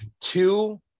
two